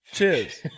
Cheers